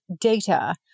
data